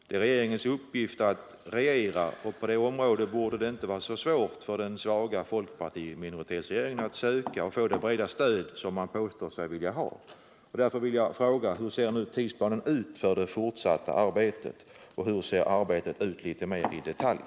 Det är regeringens uppgift att regera, och på detta område borde det inte vara så svårt för fp-minoritetsregeringen att söka och få det breda stöd som man påstår sig vilja ha. Därför vill jag fråga: Hur ser nu tidsplanen ut för det fortsatta arbetet? Hur ser det arbetet ut, litet mer i detalj?